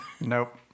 Nope